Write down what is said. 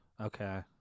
Okay